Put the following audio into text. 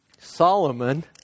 Solomon